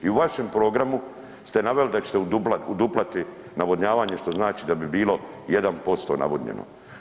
I u vašem programu ste naveli da ćete uduplati navodnjavanje, što znači da bi bilo 1% navodnjeno.